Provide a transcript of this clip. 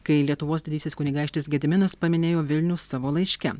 kai lietuvos didysis kunigaikštis gediminas paminėjo vilnių savo laiške